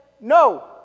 no